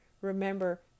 Remember